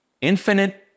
infinite